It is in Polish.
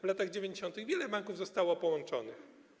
W latach 90. wiele banków zostało połączonych.